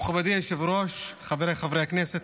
מכובדי היושב-ראש, חבריי חברי הכנסת,